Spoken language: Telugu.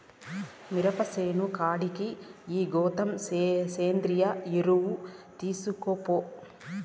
మిరప సేను కాడికి ఈ గోతం సేంద్రియ ఎరువు తీస్కపో